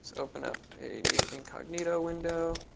open ah a new incognito window.